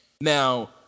Now